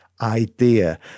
idea